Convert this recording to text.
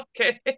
okay